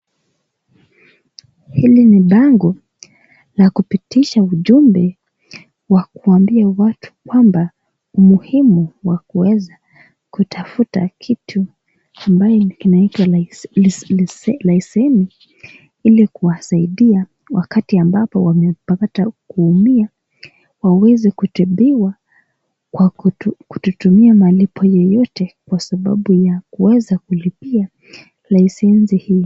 Hili ni bango la kupitisha ujumbe wa kuambia watu kwamba umuhimu wa kuweza kutafuta kitu ambayo kinaitwa lise lise lise liseni ili kuwasaidia wakati ambapo wamepata kuumia waweze kutibiwa kwa kuto kutotumia malipo yeyote kwa sababu ya kuweza kulipia lisensi hii.